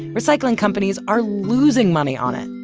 recycling companies are losing money on it.